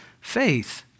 faith